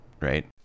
right